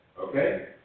okay